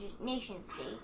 nation-state